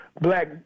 black